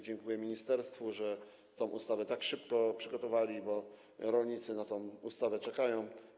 Dziękuję ministerstwu, że tę ustawę tak szybko przygotowało, bo rolnicy na tę ustawę czekają.